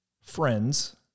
friends